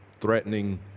threatening